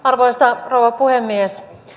arvoisa rouva puhemies